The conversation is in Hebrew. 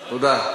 תודה.